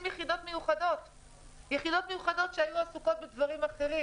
יחידות מיוחדות שהיו עסוקות בדברים אחרים.